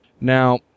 Now